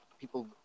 people